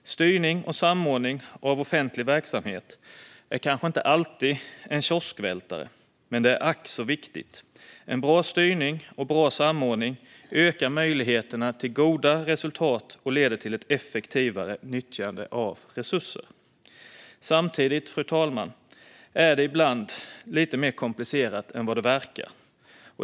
Styrning och samordning av offentlig verksamhet är kanske inte alltid en kioskvältare, men det är ack så viktigt. En bra styrning och samordning ökar möjligheterna till goda resultat och leder till ett effektivare nyttjande av resurser. Samtidigt, fru talman, är det ibland lite mer komplicerat än vad det verkar.